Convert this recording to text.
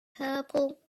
people